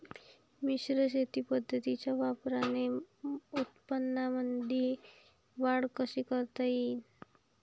मिश्र शेती पद्धतीच्या वापराने उत्पन्नामंदी वाढ कशी करता येईन?